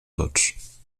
tots